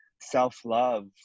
self-love